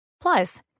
Plus